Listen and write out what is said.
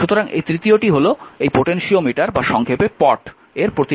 সুতরাং এই তৃতীয়টি হল এই পোটেনশিওমিটার বা সংক্ষেপে পট এর প্রতীক